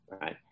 Right